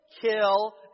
kill